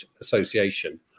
Association